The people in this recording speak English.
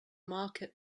market